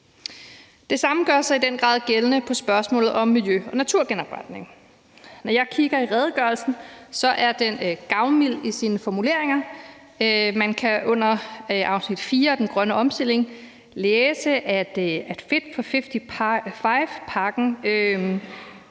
Det samme gør sig i den grad gældende i spørgsmålet om miljø- og naturgenopretning. Når jeg kigger i redegørelsen, er den gavmild i sine formuleringer. Man kan under afsnit 4 om den grønne omstilling læse, at fit for 55-pakken